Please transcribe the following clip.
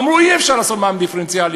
אמרו: אי-אפשר לעשות מע"מ דיפרנציאלי.